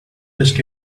just